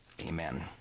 Amen